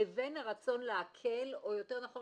לבין הרצון לעקל או יותר נכון